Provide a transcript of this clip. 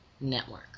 network